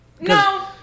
no